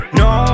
no